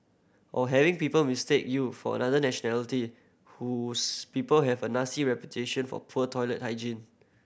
or having people mistake you for another nationality whose people have a nasty reputation for poor toilet hygiene